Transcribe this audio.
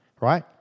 Right